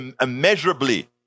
immeasurably